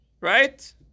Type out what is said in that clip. right